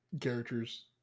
characters